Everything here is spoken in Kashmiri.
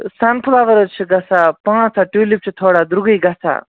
سَنفٕلاوَر حظ چھِ گَژھان پانٛژھ ہَتھ ٹیوٗلِپ چھِ تھوڑا درٛوٚگُے گَژھان